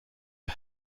are